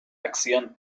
acción